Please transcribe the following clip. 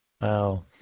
Wow